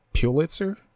Pulitzer